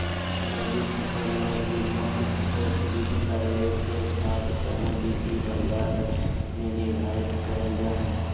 नकदी फसल ले कीमतवैश्विक दायरेके साथकमोडिटी बाजार में निर्धारित करल जा हइ